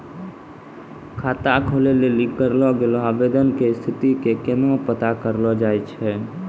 खाता खोलै लेली करलो गेलो आवेदन के स्थिति के केना पता करलो जाय छै?